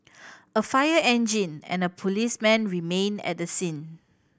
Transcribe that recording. a fire engine and a policeman remained at the scene